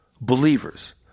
believers